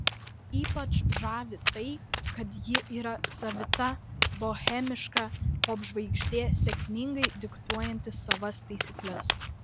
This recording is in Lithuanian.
ypač žavi tai kad ji yra savita bohemiška popžvaigždė sėkmingai diktuojanti savas taisykles